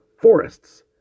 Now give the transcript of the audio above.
forests